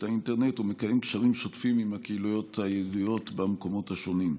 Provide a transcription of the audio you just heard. האינטרנט ומקיים קשרים שוטפים עם הקהילות היהודיות במקומות השונים.